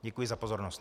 Děkuji za pozornost.